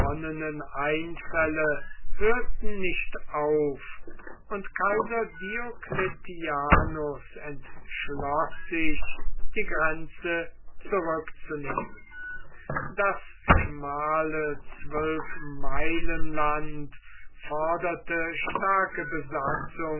einfälle hörten nicht auf und kaiser diocletianus entschloß sich die grenze zurückzunehmen das schmale zwölfmeilenland forderte starke besatzung